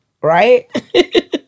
right